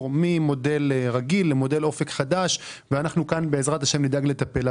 ממודל רגיל למודל אופק חדש ואנחנו כאן בעזרת השם נדאג לטפל.